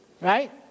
right